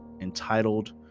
entitled